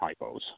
hypos